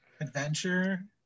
adventure